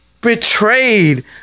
betrayed